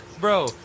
Bro